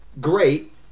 Great